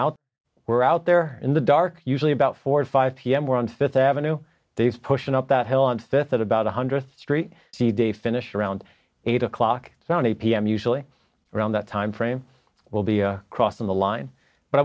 out we're out there in the dark usually about four five pm we're on fifth avenue dave's pushing up that hill on fifth at about one hundred street he day finish around eight o'clock sunday pm usually around that time frame will be crossing the line but i